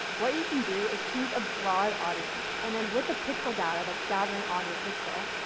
what you can do is choose a broad audience and then with the pixel data that's gathering on your pixel,